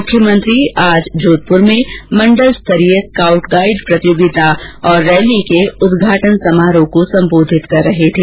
मुख्यमंत्री आज जोधप्र में मंडल सतरीय स्काउट गाइड प्रतियोगिता और रैली के उद्घाटन समारोह को संबोधित कर रहे थे